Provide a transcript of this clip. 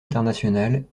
internationale